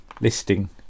listing